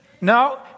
No